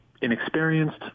inexperienced